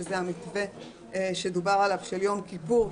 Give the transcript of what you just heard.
שזה המתווה של יום כיפור שדובר עליו,